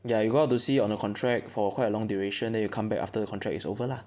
ya you go out to sea on a contract for quite a long duration then you come back after the contract is over lah